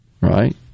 right